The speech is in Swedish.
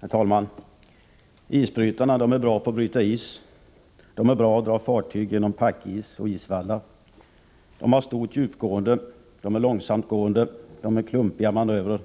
Herr talman! Isbrytarna är bra på att bryta is och på att dra fartyg genom packis och isvallar. De har stort djupgående och är långsamgående och klumpiga att manövrera.